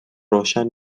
روشن